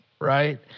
right